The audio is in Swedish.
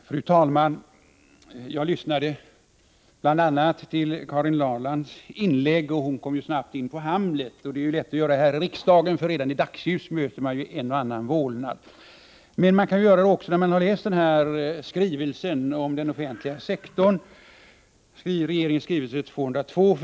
Fru talman! Jag lyssnade bl.a. till Karin Ahrlands inlägg, och hon kom snabbt in på Hamlet. Det är lätt att göra här i riksdagen, för redan i dagsljus möter man en och annan vålnad. Men man kan också göra det när man läser regeringens skrivelse nr 202 om den offentliga sektorn.